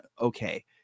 okay